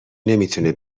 نمیتونه